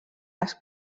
les